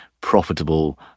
profitable